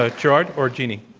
ah gerard or jeanne?